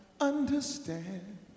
understand